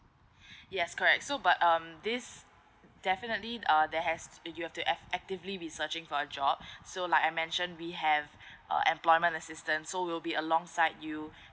yes correct so but um this definitely uh they has you have to have actively be searching for a job so like I mention we have uh employment assistance so we'll be alongside you